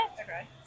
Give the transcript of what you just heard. Okay